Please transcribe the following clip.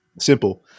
simple